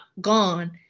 gone